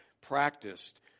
practiced